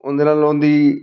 ਉਹਦੇ ਨਾਲ ਉਹਦੀ